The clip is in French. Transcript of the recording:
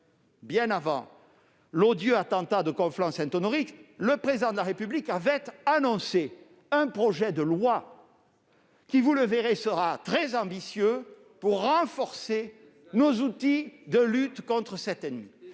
bien avant l'odieux attentat de Conflans-Sainte-Honorine, le Président de la République avait annoncé un projet de loi qui, vous le verrez, sera très ambitieux pour renforcer nos outils de lutte contre cet ennemi.